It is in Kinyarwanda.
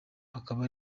akaba